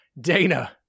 Dana